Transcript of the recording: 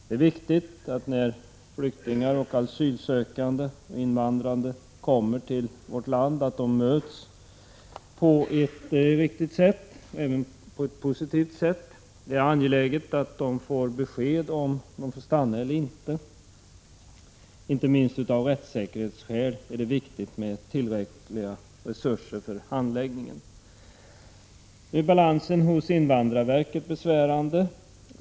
Det är viktigt att flyktingar, asylsökande och andra invandrande som kommer till vårt land möts på ett riktigt och positivt sätt. Det är angeläget att de får besked om de får stanna eller inte. Inte minst av rättssäkerhetsskäl är det viktigt med tillräckliga resurser för handläggningen. Balansen hos invandrarverket är besvärande.